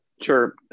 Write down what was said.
sure